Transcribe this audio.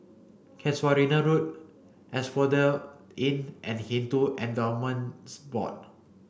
Casuarina Road Asphodel Inn and Hindu Endowments Board